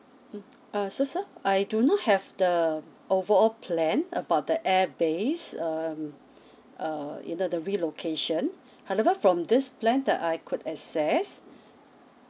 mm uh so sir I do not have the overall plan about the air base um uh either the relocation however from this plan that I could access